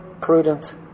prudent